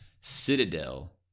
Citadel